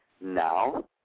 now